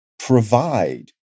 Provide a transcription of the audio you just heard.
provide